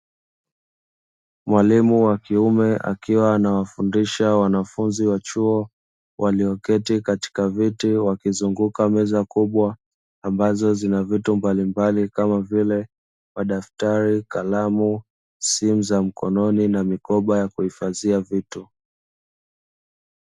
Mwalimu wa kiume, akiwa anawafundisha wanafunzi wa chuo walioketi katika viti, wakizunguka meza kubwa ambazo zina vitu mbalimbali kama vile: madaftari, kalamu, simu za mkononi na mikoba ya kuhifadhia vitu.